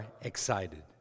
excited